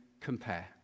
compare